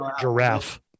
giraffe